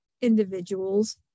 individuals